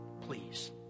please